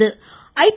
cricket I